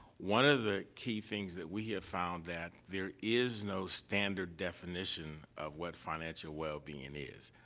one of the key things that we have found, that there is no standard definition of what financial wellbeing is.